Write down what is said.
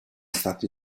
stati